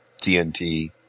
TNT